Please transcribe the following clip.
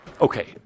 Okay